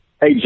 Hey